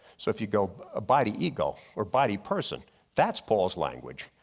so if you go ah by the ergo or body person that's paul's language.